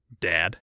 Dad